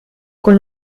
con